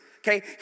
Okay